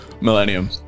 Millennium